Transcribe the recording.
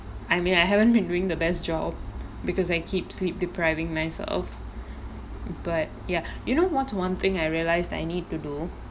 I mean I haven't been doing the best job because I keep sleep depriving myself but ya you know what's one thing I realise I need to do